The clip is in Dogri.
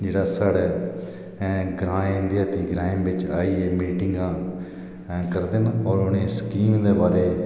जेहड़ा साढ़े ग्राएं देहाती बिच आइयै मीटिंगा करदे ना और उंनें गी स्कीम दे बारे च